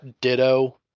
Ditto